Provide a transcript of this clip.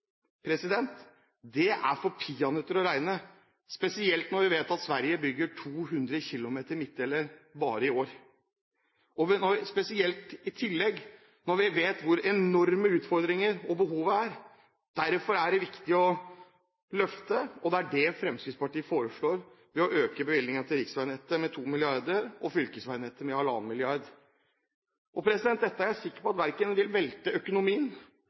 Det er for peanøtter å regne, spesielt når vi vet at Sverige bygger 200 km midtdelere bare i år – og spesielt når vi vet hvilke enorme utfordringer vi har, og hvor enormt behovet er. Derfor er det viktig å løfte. Det er det Fremskrittspartiet foreslår ved å øke bevilgningene til riksveinettet med 2 mrd. kr og fylkesveinettet med 1,5 mrd. kr. Dette er jeg sikker på verken vil velte økonomien